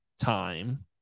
time